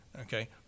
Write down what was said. okay